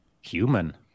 human